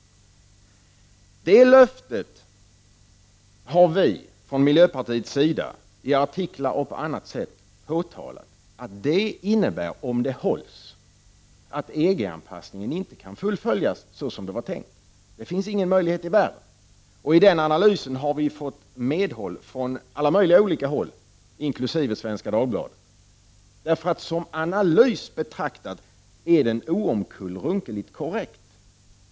Vi från miljöpartiets sida har i artiklar och på annat sätt påtalat att det löftet, om det hålls, innebär att EG-anpassningen inte kan fullföljas så som det är tänkt. Det finns inga möjligheter i världen. I vår analys har vi fått medhåll från många olika håll, inkl. Svenska Dagbladet. Som analys betraktad är den oomkullrunkeligt korrekt.